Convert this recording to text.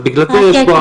האם יש כאן